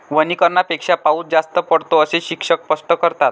वनीकरणापेक्षा पाऊस जास्त पडतो, असे शिक्षक स्पष्ट करतात